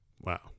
wow